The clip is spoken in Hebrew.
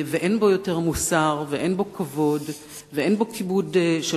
ואין בו יותר מוסר ואין בו כבוד ואין בו כיבוד של